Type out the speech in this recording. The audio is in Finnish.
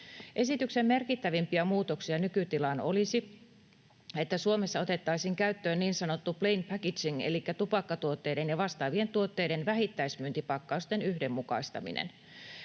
Esityksen merkittävimpiä muutoksia nykytilaan olisi, että Suomessa otettaisiin käyttöön niin sanottu plain packaging, elikkä tupakkatuotteiden ja vastaavien tuotteiden vähittäismyyntipakkausten yhdenmukaistaminen.